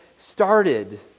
started